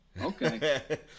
Okay